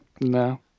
No